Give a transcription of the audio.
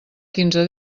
quinze